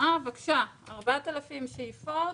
4,000 שאיפות,